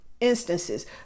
instances